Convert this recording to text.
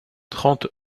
trente